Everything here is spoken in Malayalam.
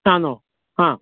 ആണോ ആ